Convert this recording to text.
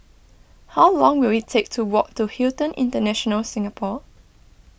how long will it take to walk to Hilton International Singapore